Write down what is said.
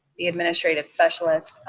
the administrative specialist,